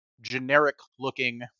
generic-looking